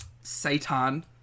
Satan